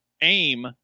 aim